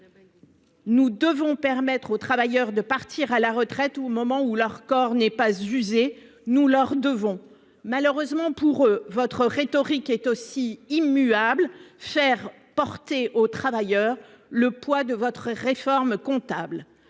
Nous devons permettre aux travailleurs de partir à la retraite au moment où leur corps n'est pas usé ; nous le leur devons ! Malheureusement pour eux, votre rhétorique est immuable : vous voulez faire porter aux travailleurs le poids de votre réforme comptable.